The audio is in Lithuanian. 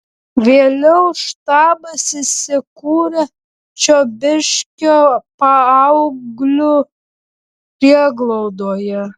vėliau štabas įsikuria čiobiškio paauglių prieglaudoje